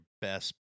best